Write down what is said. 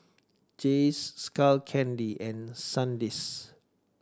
Jays Skull Candy and Sandisk